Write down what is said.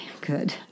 good